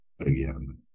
again